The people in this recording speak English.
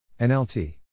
NLT